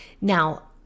Now